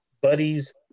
Buddies